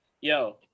Yo